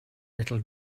little